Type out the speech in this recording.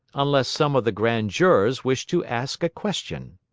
unless some of the grand jurors wish to ask a question.